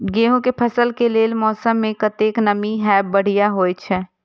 गेंहू के फसल के लेल मौसम में कतेक नमी हैब बढ़िया होए छै?